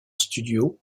studio